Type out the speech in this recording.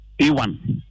a1